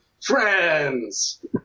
Friends